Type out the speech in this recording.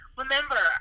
remember